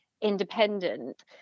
independent